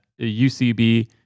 UCB